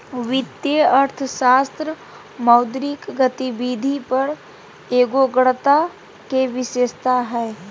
वित्तीय अर्थशास्त्र मौद्रिक गतिविधि पर एगोग्रता के विशेषता हइ